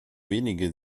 wenige